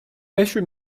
pastry